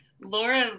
Laura